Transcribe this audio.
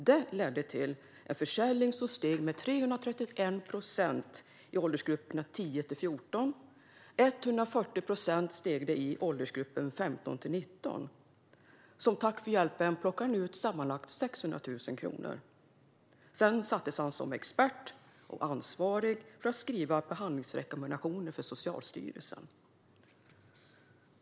Det ledde till att försäljningen steg med 331 procent i åldersgruppen 10-14 år och med 140 procent i åldersgruppen 15-19 år. Som tack för hjälpen plockade han ut sammanlagt 600 000 kronor. Sedan sattes han som expert och ansvarig för att skriva behandlingsrekommendationer för Socialstyrelsen.